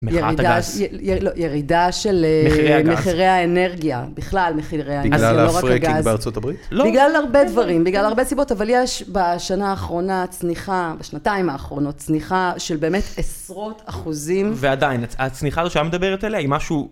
ירידה של..ירידה של -מחירי הגז -מחירי האנרגיה, בכלל מחירי האנרגיה, לא רק הגז, בגלל ה fracking בארצות הברית? בגלל הרבה דברים, בגלל הרבה סיבות, אבל יש בשנה האחרונה צניחה, בשנתיים האחרונות, צניחה של באמת עשרות אחוזים. ועדיין, הצניחה הזו שאת מדברת עליה היא משהו...